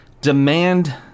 demand